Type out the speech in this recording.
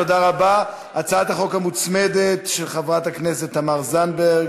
הצעת החוק המוצמדת של חברת הכנסת תמר זנדברג,